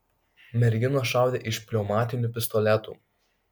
merginos šaudė iš pneumatinių pistoletų